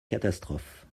catastrophe